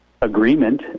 agreement